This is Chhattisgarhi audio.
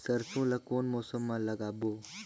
सरसो ला कोन मौसम मा लागबो?